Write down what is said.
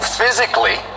physically